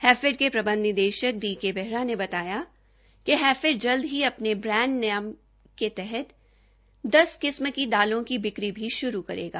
हैफेड के प्रबंध निदेशक डी के बेहरा ने बताया कि हैफेड जल्द ही अपने ही ब्रांड नाम के तहत दस किस्म की दालों की बिक्री भी श्रू करेगा